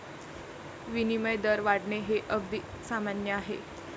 विनिमय दर वाढणे हे अगदी सामान्य आहे